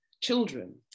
children